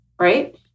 right